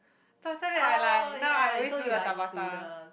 so after that I like now I always do the Tabata